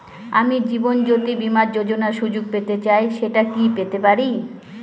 আমি জীবনয্যোতি বীমা যোযোনার সুযোগ পেতে চাই সেটা কি পেতে পারি?